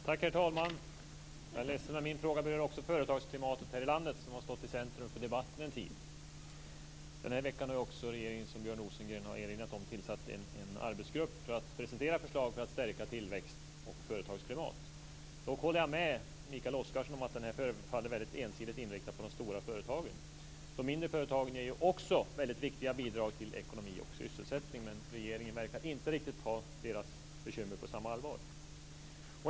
Herr talman! Jag är ledsen, men min fråga berör också företagsklimatet här i landet, som har stått i centrum för debatten en tid. Den här veckan har ju också regeringen, som Björn Rosengren har erinrat om, tillsatt en arbetsgrupp för att presentera förslag för att stärka tillväxt och företagsklimat. Dock håller jag med Mikael Oscarsson om att man förefaller ensidigt inriktad på de stora företagen. De mindre företagen ger ju också mycket viktiga bidrag till ekonomi och sysselsättning. Men regeringen verkar inte riktigt ta deras bekymmer på samma allvar.